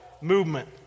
movement